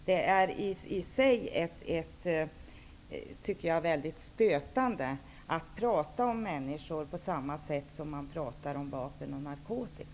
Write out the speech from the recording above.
Det är i sig, tycker jag, väldigt stötande att prata om människor på ungefär samma sätt som man talar om vapen och narkotika.